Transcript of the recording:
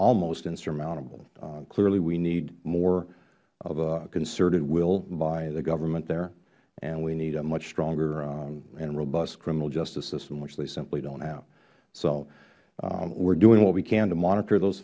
almost insurmountable clearly we need more of a concerted will by the government there and we need a much stronger and robust criminal justice system which they simply dont have so we are doing what we can to monitor those